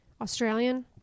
Australian